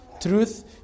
Truth